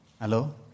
Hello